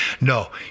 No